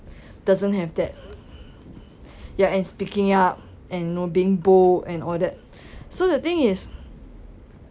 doesn't have that ya and speaking up and know being bold and all that so the thing is